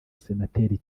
senateri